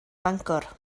bangor